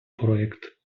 проект